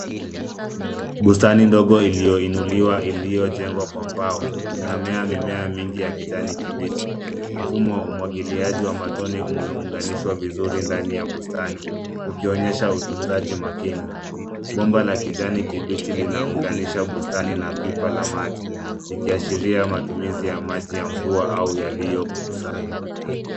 Bustani ndogo iliyoinuliwa iliyojengwa kwa mbao, inamea mimea mingi ya kijani kibichi. Mfumo wa umwagiliaji wa matone umeunganishwa vizuri ndani ya bustani, ukionyesha utunzaji makini. Bomba la kijani kibichi linaunganisha bustani na pipa la maji, likiashiria matumizi ya maji ya mvua au yaliyokukusanywa.